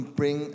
bring